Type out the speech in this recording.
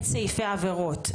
את סעיפי העבירות.